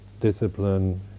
discipline